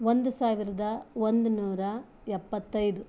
ಒಂದು ಸಾವಿರದ ಒಂದು ನೂರ ಎಪ್ಪತ್ತೈದು